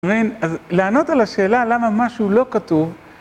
אז לענות על השאלה למה משהו לא כתוב